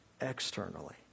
externally